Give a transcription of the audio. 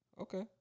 Okay